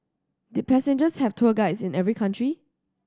did passengers have tour guides in every country